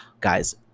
guys